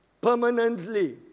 permanently